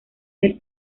del